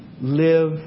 live